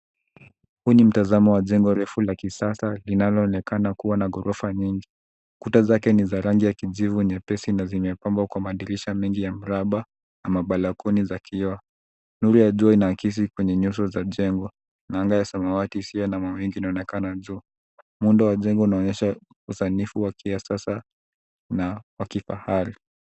Huu ni mtazamo wa jengo refu la kisasa linaloonekana kuwa na ghorofa nyingi. Kuta zake ni za rangi ya kijivu nyepesi na zimepambwa kwa madirisha mengi ya mraba na mabalakuni za kioo. Nuru ya jua inaakisi kwenye nyuso za jengo, na anga ya samawati isiyo na mawingu inaonekana juu. Muundo wa jengo unaonyesha usanifu wa kisasa na wa kifahari.